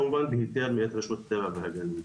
כמובן בהיתר מאת רשות הטבע והגנים.